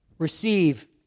receive